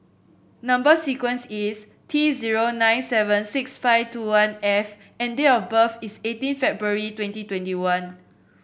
number sequence is T zero nine seven six five two one F and date of birth is eighteen February twenty twenty one